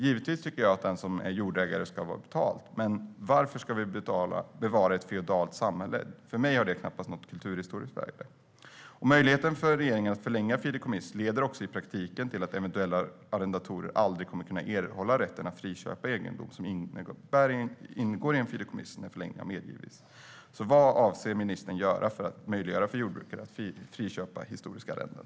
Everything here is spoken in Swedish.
Givetvis tycker jag att den som är jordägare ska ha betalt. Men varför ska vi bevara ett feodalt samhälle? För mig har det knappast något kulturhistoriskt värde. Möjligheten för regeringen att förlänga ett fideikommiss leder också i praktiken till att eventuella arrendatorer aldrig kommer att kunna erhålla rätten att friköpa egendom som ingår i ett fideikommiss där förlängning har medgetts. Vad avser ministern att göra för att möjliggöra för jordbrukare att friköpa historiska arrenden?